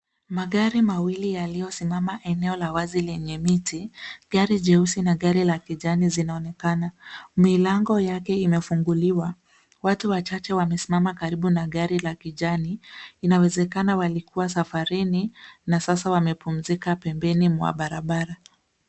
Magari mawili yaliyosimama eneo la wazi lenye miti. Gari jeusi na gari la kijani zinaonekana. Milango yake imefunguliwa. Watu wachache wamesimama karibu na gari la kijani, inawezekana walikuwa safarini, na sasa wamepumzika pembeni mwa barabara.